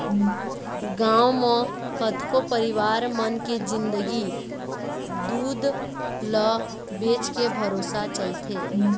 गांव म कतको परिवार मन के जिंनगी दूद ल बेचके भरोसा चलथे